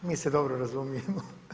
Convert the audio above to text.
mi se dobro razumijemo.